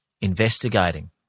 investigating